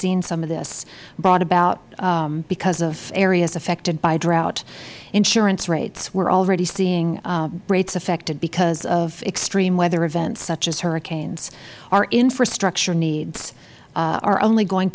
seen some of this brought about because of areas affected by drought insurance rates we are already seeing rates affected because of extreme weather events such as hurricanes our infrastructure needs are only going